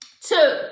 Two